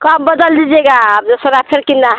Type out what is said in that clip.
कब बदल दीजिएगा अब दूसरा फ़िर किनना है